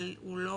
אבל הוא לא